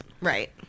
Right